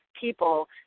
people